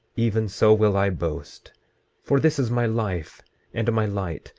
even so will i boast for this is my life and my light,